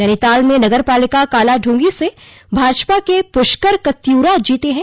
नैनीताल में नगर पालिका कालाढंगी से भाजपा के पृष्कर कत्युरा जीते हैं